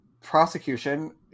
prosecution